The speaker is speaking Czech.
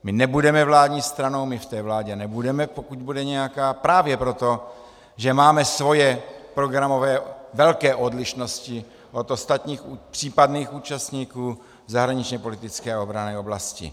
My nebudeme vládní stranou, my v té vládě nebudeme, pokud bude nějaká, právě proto, že máme svoje programové velké odlišnosti od ostatních případných účastníků v zahraničněpolitické a obranné oblasti.